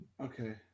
Okay